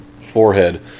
forehead